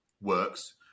works